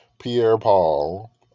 Pierre-Paul